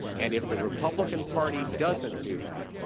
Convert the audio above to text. and if the republican party doesn't do that,